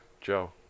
Joe